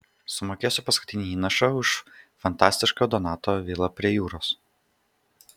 sumokėsiu paskutinį įnašą už fantastišką donato vilą prie jūros